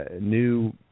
new